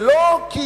ולא כי